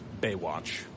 Baywatch